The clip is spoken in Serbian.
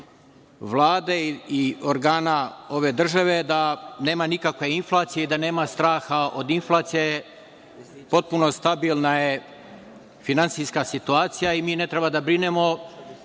Vlade i organa ove države da nema nikakve inflacije i da nema straha od inflacije, potpuno stabilna je finansijska situacija i mi ne treba da brinemo. Možda